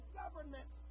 government